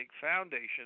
foundation